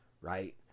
right